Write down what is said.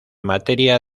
materia